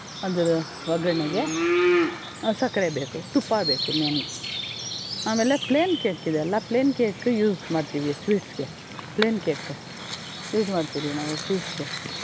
ಅಂದರೆ ಒಗ್ಗರಣೆಗೆ ಸಕ್ಕರೆ ಬೇಕು ತುಪ್ಪ ಬೇಕು ಮೇನ್ ಆಮೇಲೆ ಪ್ಲೇನ್ ಕೇಕ್ ಇದೆಯಲ್ಲ ಪ್ಲೇನ್ ಕೇಕ್ ಯೂಸ್ ಮಾಡ್ತೀವಿ ಸ್ವೀಟ್ಸ್ಗೆ ಪ್ಲೇನ್ ಕೇಕ್ ಯೂಸ್ ಮಾಡ್ತೀವಿ ನಾವು ಸ್ವೀಟ್ಸ್ಗೆ